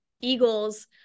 Eagles